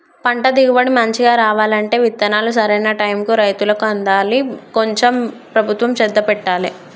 పంట దిగుబడి మంచిగా రావాలంటే విత్తనాలు సరైన టైముకు రైతులకు అందాలి కొంచెం ప్రభుత్వం శ్రద్ధ పెట్టాలె